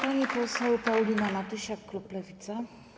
Pani poseł Paulina Matysiak, klub Lewica.